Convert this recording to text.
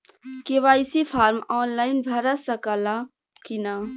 KYC form online भरा सकला की ना?